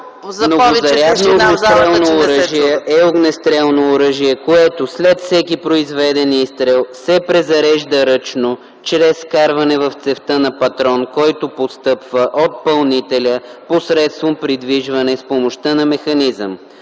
„Многозарядно огнестрелно оръжие” е огнестрелно оръжие, което след всеки произведен изстрел се презарежда ръчно чрез вкарване в цевта на патрон, който постъпва от пълнителя посредством придвижване с помощта на механизъм.